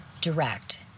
direct